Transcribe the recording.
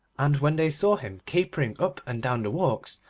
and when they saw him capering up and down the walks,